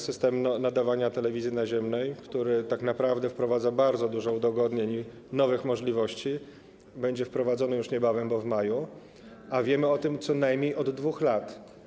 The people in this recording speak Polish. System nadawania telewizji naziemnej, który tak naprawdę daje bardzo dużo udogodnień i nowych możliwości, będzie wprowadzony już niebawem, w maju, a wiemy o tym co najmniej od 2 lat.